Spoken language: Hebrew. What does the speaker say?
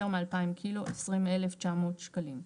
יותר מ-2,000 - 20,900 שקלים.